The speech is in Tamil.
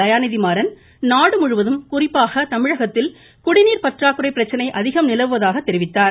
தயாநிதி மாறன் நாடுமுழுவதும் குறிப்பாக தமிழகத்தில் குடிநீர் பற்றாக்குறை பிரச்சனை அதிகம் நிலவுவதாகவும் தெரிவித்தார்